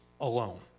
alone